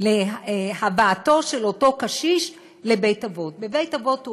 של הבאתו של אותו קשיש לבית-אבות: בבית-אבות הוא